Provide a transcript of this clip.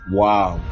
wow